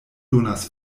donas